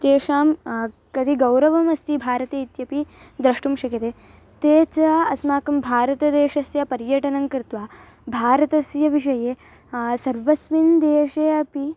तेषां कति गौरवमस्ति भारते इत्यपि द्रष्टुं शक्यते ते च अस्माकं भारतदेशस्य पर्यटनङ्कृत्वा भारतस्य विषये सर्वस्मिन् देशे अपि